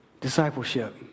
discipleship